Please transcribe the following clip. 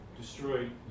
destroyed